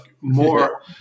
more